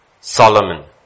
Solomon